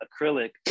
acrylic